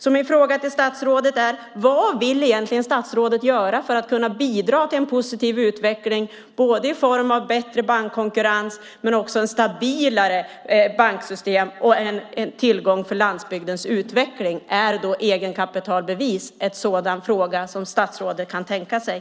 Min fråga till statsrådet är: Vad vill egentligen statsrådet göra för att bidra till en positiv utveckling i form av en bättre bankkonkurrens och ett stabilare banksystem, vilket skulle vara en tillgång för landsbygdens utveckling? Är egenkapitalbevis något som statsrådet kan tänka sig?